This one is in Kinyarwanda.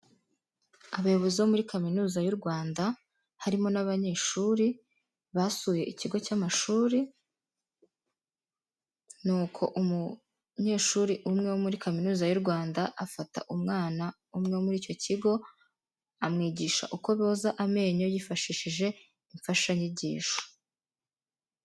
Abayobozi bo muri kaminuza y'u Rwanda harimo n'abanyeshuri basuye ikigo cy'amashuri, nuko umunyeshuri umwe wo muri kaminuza y'u Rwanda afata umwana umwe muri icyo kigo, amwigisha uko boza amenyo yifashishije imfashanyigisho.